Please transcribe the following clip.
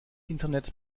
internet